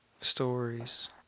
stories